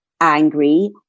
angry